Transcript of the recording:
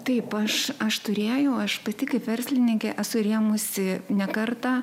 taip aš aš turėjau aš pati kaip verslininkė esu rėmusi ne kartą